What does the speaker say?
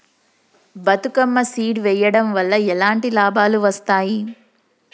Bathukamma seed వెయ్యడం వల్ల ఎలాంటి లాభాలు వస్తాయి?